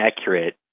accurate